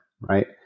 right